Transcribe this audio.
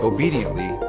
Obediently